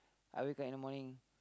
I wake up in the morning